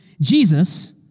Jesus